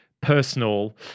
personal